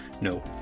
no